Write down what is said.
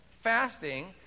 fasting